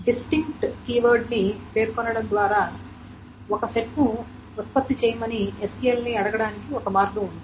distinct keyword ని పేర్కొనడం ద్వారా ఒక సెట్ను ఉత్పత్తి చేయమని SQL ని అడగడానికి ఒక మార్గం ఉంది